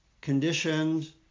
conditioned